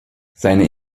seine